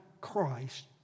Christ